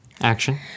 action